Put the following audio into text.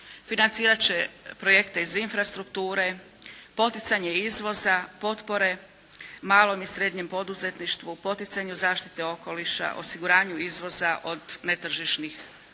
financirati će projekte iz infrastrukture, poticanje izvoza, potpore malom i srednjem poduzetništvu, poticanju zaštite okoliša, osiguranju izvoza od netržišnih